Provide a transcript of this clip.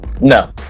No